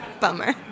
Bummer